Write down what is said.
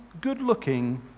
good-looking